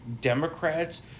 Democrats